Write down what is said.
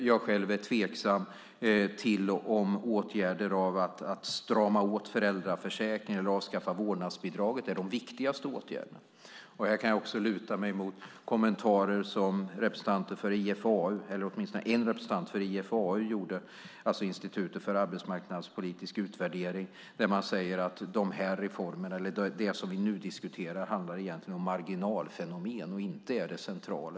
Jag är själv tveksam till om åtgärder för att strama åt föräldraförsäkringen eller avskaffa vårdnadsbidraget är de viktigaste åtgärderna. Här kan jag också luta mig mot kommentarer som åtminstone en representant för IFAU, alltså Institutet för arbetsmarknadspolitisk utvärdering, gjorde. Man säger att det vi nu diskuterar egentligen handlar om marginalfenomen och inte är det centrala.